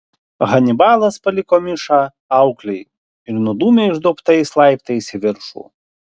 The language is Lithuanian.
hanibalas paliko mišą auklei ir nudūmė išduobtais laiptais į viršų